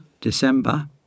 December